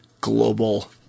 global